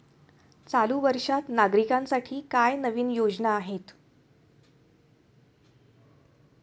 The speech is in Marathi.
चालू वर्षात नागरिकांसाठी काय नवीन योजना आहेत?